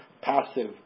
passive